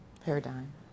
Paradigm